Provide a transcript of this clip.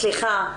סליחה,